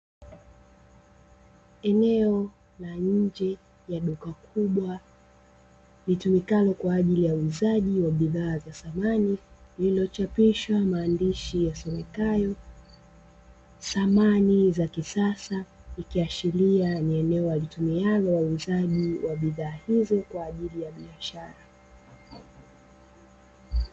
Eneo la nje ya duka kubwa litumikalo kwa ajili ya uuzaji wa bidhaa za samani, lililochapishwa maandishi ya somekayo "samani za kisasa" ikiashiria ni eneo walitumialo wauzaji wa bidhaa hizo kwa ajili ya biashara.